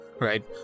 Right